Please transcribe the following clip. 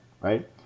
right